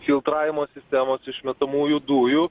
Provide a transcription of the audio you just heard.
filtravimo sistemos išmetamųjų dujų